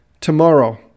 Tomorrow